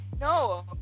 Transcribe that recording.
No